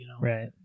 Right